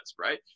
right